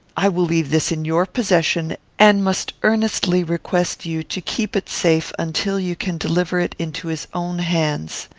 i will leave this in your possession, and must earnestly request you to keep it safe until you can deliver it into his own hands.